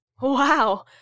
Wow